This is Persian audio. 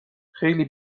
خیلی